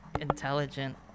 intelligent